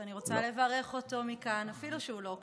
ואני רוצה לברך אותו מכאן אפילו שהוא לא כאן.